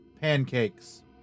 pancakes